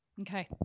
Okay